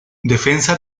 defensa